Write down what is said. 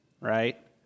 right